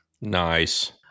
nice